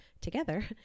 together